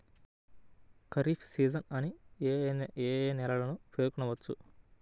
Kharif season అని ఏ ఏ నెలలను పేర్కొనవచ్చు?